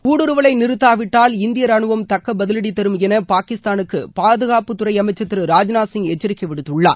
ஊடுருவலை நிறுத்தாவிட்டால் இந்திய ராணுவம் தக்க பதிலடி தரும் என பாகிஸ்தானுக்கு பாதுகாப்பு துறை அமைச்சர் திரு ராஜ்நாத் சிங் எச்சரிக்கை விடுத்துள்ளார்